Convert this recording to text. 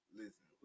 listen